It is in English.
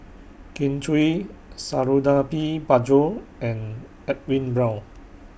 Kin Chui Suradi Parjo and Edwin Brown